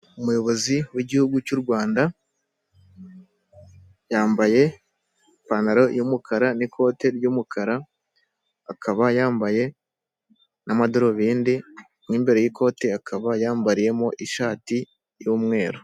Umuyobozi w'igihugu cy'u Rwanda yambaye ipantaro y'umukara, n'ikote ry'umukara, akaba yambaye n'amadarubindi, n'imbere y'ikote akaba yambariyemo ishati y'umweru.